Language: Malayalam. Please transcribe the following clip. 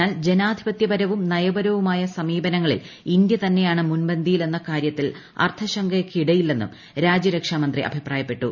എന്നൂർ ജനാധിപത്യപരവും നയപരവുമായ സമീപനങ്ങളിൽ ഇന്ത്യ തന്നെയാണ് മുൻപന്തിയിലെന്ന കാര്യത്തിൽ അർത്ഥശങ്കയ്ക്കിടയില്ലെന്നും രാജ്യരക്ഷാമന്ത്രി അഭിപ്രായിപ്പെട്ടു